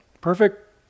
Perfect